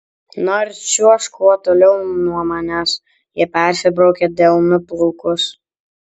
na ir čiuožk kuo toliau nuo manęs ji persibraukė delnu plaukus